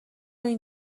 این